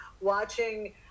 watching